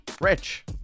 Rich